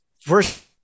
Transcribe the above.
first